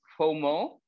FOMO